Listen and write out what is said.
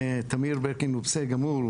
תמיר ברקין הוא בסדר גמור,